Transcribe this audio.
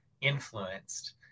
influenced